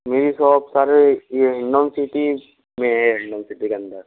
मेरी shop sir Hindaun city में Hindaun city के अंदर